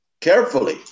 carefully